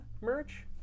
merch